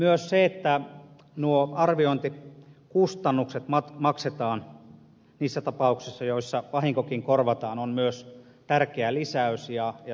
myös se että arviointikustannukset maksetaan niissä tapauksissa joissa vahinkokin korvataan on tärkeä lisäys